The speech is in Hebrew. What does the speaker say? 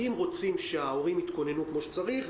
אם רוצים שההורים יתכוננו כמו שצריך,